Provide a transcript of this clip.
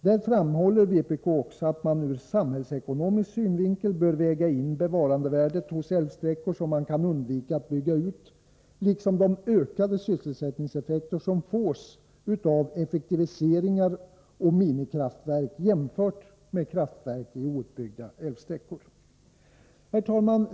Där framhåller vpk också, att man ur samhällsekonomisk synvinkel bör väga in bevarandevärdet hos älvsträckor som man kan undvika att bygga ut liksom de ökade sysselsättningseffekter som fås av effektiviseringar och minikraftverk jämfört med kraftverk i outbyggda älvsträckor.